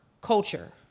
culture